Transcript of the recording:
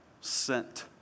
sent